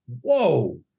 whoa